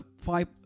five